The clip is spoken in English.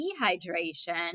dehydration